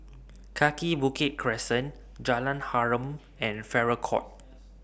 Kaki Bukit Crescent Jalan Harum and Farrer Court